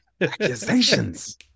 Accusations